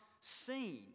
seen